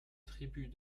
tribut